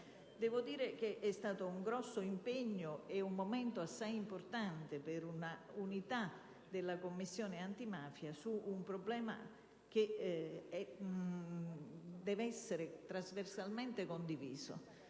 svolte. È stato un impegno gravoso e un momento assai importante di unità della Commissione antimafia, su un problema che deve essere trasversalmente condiviso.